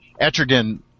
Etrigan